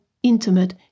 intimate